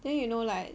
then you know like